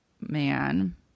man